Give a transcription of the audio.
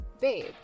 Babe